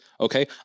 Okay